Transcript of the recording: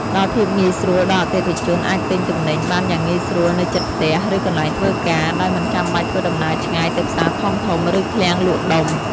ផ្តល់ភាពងាយស្រួល ដល់អតិថិជនអាចទិញទំនិញបានយ៉ាងងាយស្រួលនៅជិតផ្ទះ ឬកន្លែងធ្វើការ ដោយមិនចាំបាច់ធ្វើដំណើរឆ្ងាយទៅផ្សារធំៗ ឬឃ្លាំងលក់ដុំ។